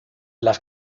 las